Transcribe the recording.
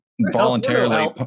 voluntarily